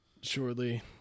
shortly